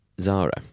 Zara